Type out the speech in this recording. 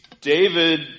David